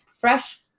Fresh